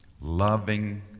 loving